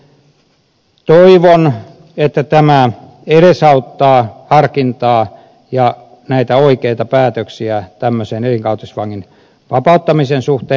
toivon että tämä edesauttaa harkintaa ja oikeita päätöksiä tämmöisen elinkautisvangin vapauttamisen suhteen